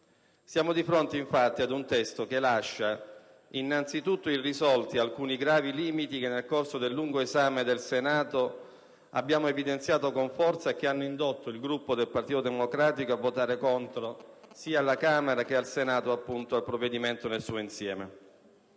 Siamo di fronte, infatti, ad un testo che lascia innanzitutto irrisolti alcuni gravi limiti che nel corso del lungo esame in Senato abbiamo evidenziato con forza e che hanno indotto il Gruppo del Partito Democratico a votare contro, sia alla Camera che al Senato, il provvedimento nel suo insieme: